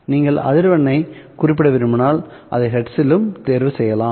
நீங்கள் அதிர்வெண்ணைக் குறிப்பிட விரும்பினால் அதை ஹெர்ட்ஸிலும் தேர்வு செய்யலாம்